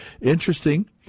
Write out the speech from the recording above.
interesting